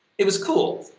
it was cool,